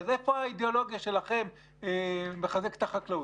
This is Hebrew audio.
אז, איפה האידיאולוגיה שלכם לחזק את החקלאות?